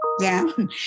down